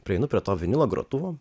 prieinu prie to vinilo grotuvo